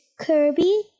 Kirby